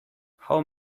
how